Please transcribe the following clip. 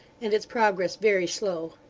and its progress very slow.